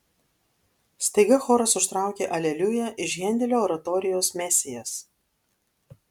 staiga choras užtraukė aleliuja iš hendelio oratorijos mesijas